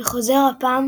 וחוזר הפעם